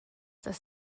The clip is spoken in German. das